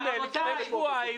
לפני שבוע: